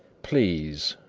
please,